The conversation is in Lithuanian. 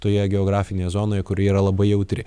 toje geografinėje zonoje kuri yra labai jautri